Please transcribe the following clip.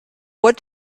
what